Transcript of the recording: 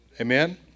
Amen